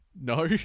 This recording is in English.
no